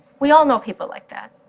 we all know people like that.